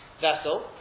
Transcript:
vessel